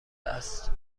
است